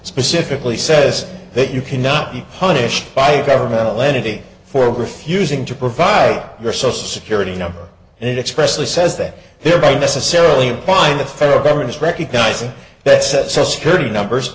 specifically says that you cannot be punished by a governmental entity for refusing to provide your social security number and expressively says that there be necessarily fine the federal government is recognizing that sets security numbers